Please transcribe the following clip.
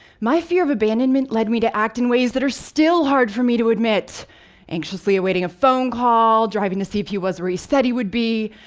my fear of abandonment led me to act in ways that are still hard for me to admit anxiously awaiting a phone call, driving to see if he was where he said he would be,